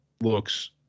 looks